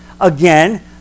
again